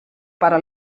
para